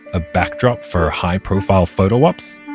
a backdrop for high profile photo-ops?